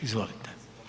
Izvolite.